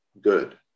good